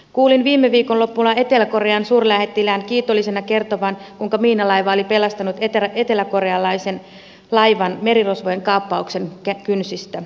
kuulin viime viikonloppuna etelä korean suurlähettilään kiitollisena kertovan kuinka miinalaiva oli pelastanut eteläkorealaisen laivan merirosvojen kaappauksen kynsistä